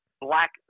black